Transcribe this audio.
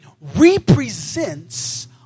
represents